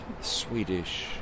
Swedish